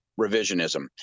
revisionism